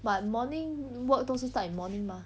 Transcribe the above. but morning work 都是 start in morning mah